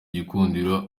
igikundiro